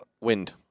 Wind